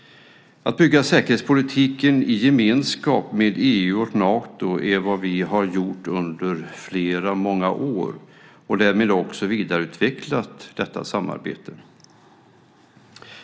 Att bygga säkerhetspolitiken i gemenskap med EU och Nato är vad vi har gjort under många år och därmed också vidareutvecklat detta samarbete.